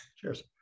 cheers